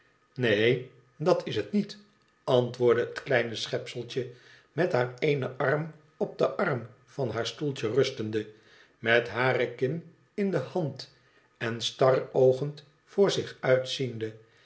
neen dat is het niet antwoordde het kleine schepseltje met haar éénen arm op den arm van haar stoeltje rustende met hare kin in de hand en staroogend voor zich uitziende